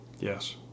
Yes